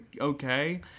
okay